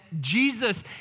Jesus